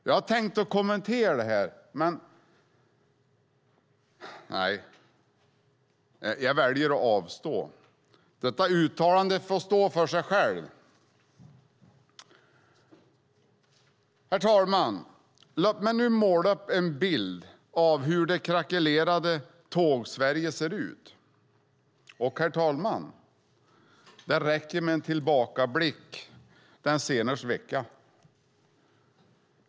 Jag hade tänkt kommentera det här, men nej, jag väljer att avstå. Detta uttalande får stå för sig självt. Herr talman! Låt mig nu måla upp en bild av hur det krackelerade Tågsverige ser ut, och, herr talman, det räcker med en tillbakablick den senaste veckan.